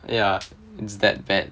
ya it's that bad